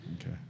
Okay